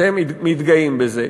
אתם מתגאים בזה.